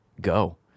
go